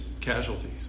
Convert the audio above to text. casualties